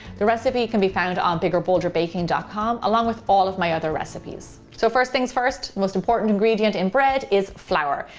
the recipe can be found on biggerbolderbaking dot com along with all of my other recipes. so first things first, the most important ingredient in bread is flour.